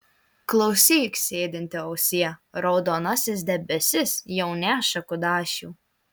klausyk sėdinti ausie raudonasis debesis jau neša kudašių